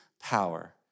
power